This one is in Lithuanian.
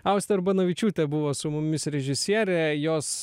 austė urbonavičiūtė buvo su mumis režisierė jos